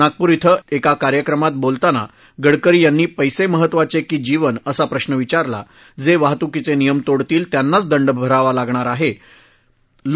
नागपूर शें एका कार्यक्रमात बोलताना गडकरी यांनी पर्सीमहत्वाचे की जीवन असा प्रश्न विचारला जे वाहतुकीचे नियम तोडतील त्यांनाच दंड द्यावा लागणार आहे असं ते म्हणाले